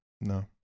no